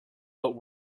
but